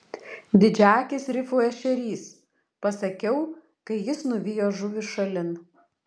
didžiaakis rifų ešerys pasakiau kai jis nuvijo žuvį šalin